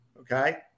okay